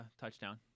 touchdown